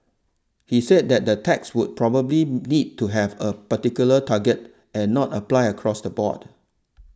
he said that the tax would probably need to have a particular target and not apply across the board